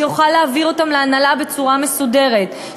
שיוכל להעביר אותן להנהלה בצורה מסודרת,